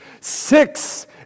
Six